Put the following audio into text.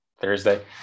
Thursday